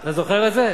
אתה זוכר את זה?